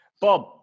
Bob